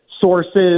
sources